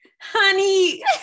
honey